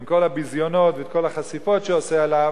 עם כל הביזיונות ועם כל החשיפות שהוא עושה עליו,